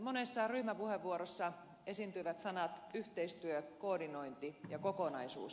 monessa ryhmäpuheenvuorossa esiintyivät sanat yhteistyö koordinointi ja kokonaisuus